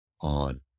on